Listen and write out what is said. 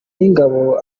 y’ingabo